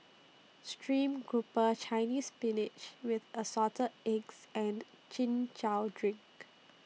Stream Grouper Chinese Spinach with Assorted Eggs and Chin Chow Drink